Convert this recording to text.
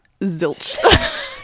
zilch